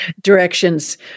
directions